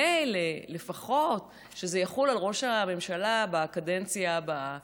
מילא, לפחות שזה יחול על ראש ממשלה בקדנציה הבאה.